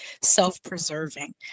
self-preserving